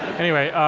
anyway,